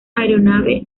aeronave